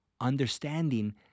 understanding